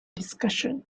discussion